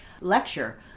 lecture